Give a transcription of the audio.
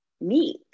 meat